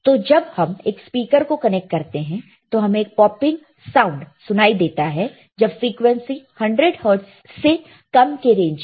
तो जब हम एक स्पीकर को कनेक्ट करते हैं तो हमें एक पॉपिंग साउंड सुनाई देता है जब फ्रीक्वेंसी 100 हर्ट्ज़ से कम के रेंज में